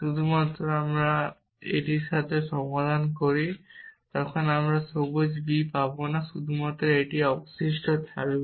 সুতরাং যখন আমরা এটির সাথে এটি সমাধান করি তখন আমরা সবুজ b পাব না শুধুমাত্র এটি অবশিষ্ট থাকে